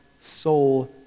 soul